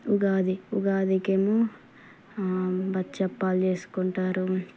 ఉగాది ఉగాదికి ఏమో బచ్చప్పాలు చేసుకుంటారు